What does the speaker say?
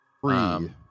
free